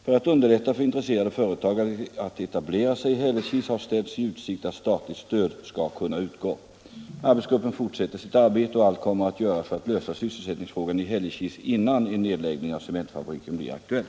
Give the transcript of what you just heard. För att underlätta för intresserade företag att etablera sig i Hällekis har ställts i utsikt att statligt stöd skall kunna utgå. Arbetsgruppen fortsätter sitt arbete och allt kommer att göras för att lösa sysselsättningsfrågan i Hällekis innan en nedläggning av cementfabriken blir aktuell.